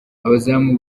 abazamu